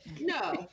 no